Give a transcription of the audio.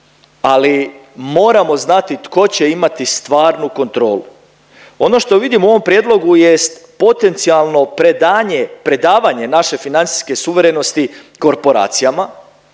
ali moramo znati tko će imati stvarnu kontrolu. Ono što vidimo u ovom prijedlogu jest potencijalno predanje, predavanje naše financijske suverenosti korporacijama